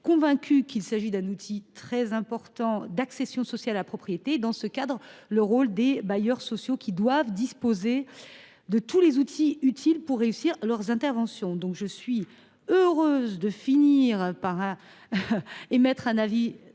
convaincus qu’il s’agit d’un outil très important d’accession sociale à la propriété. Dans ce cadre, les bailleurs sociaux doivent disposer de tous les outils utiles pour réussir leurs interventions. Je suis heureuse d’émettre, à